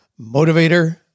motivator